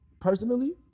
personally